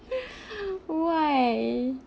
why